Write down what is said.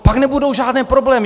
Pak nebudou žádné problémy.